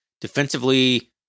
Defensively